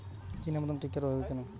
চিনাবাদাম টিক্কা রোগ হয় কেন?